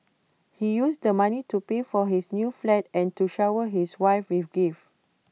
he used the money to pay for his new flat and to shower his wife with gifts